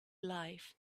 life